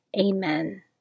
Amen